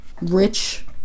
rich